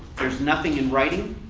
there's nothing in writing.